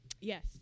yes